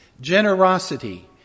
generosity